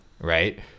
Right